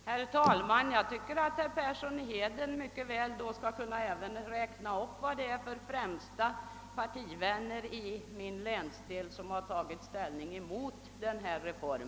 Herr talman! Då tycker jag att herr Persson i Heden skall räkna upp vilka »främsta partivänner» till mig i min länsdel som har tagit ställning mot denna reform.